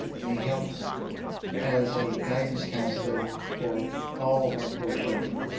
and he helped as a guidance counselor for all of our four children.